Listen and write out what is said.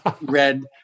red